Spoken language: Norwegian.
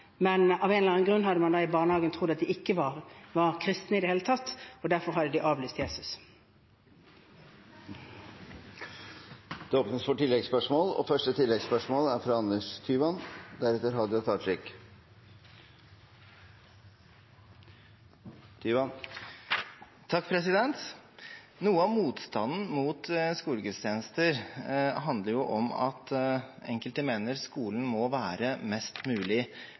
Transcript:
men av en eller annen grunn hadde man i barnehagen trodd at de ikke var kristne i det hele tatt, og derfor hadde de avlyst Jesus. Det blir oppfølgingsspørsmål – først Anders Tyvand. Noe av motstanden mot skolegudstjenester handler om at enkelte mener skolen må være mest mulig